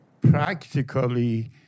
practically